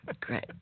Great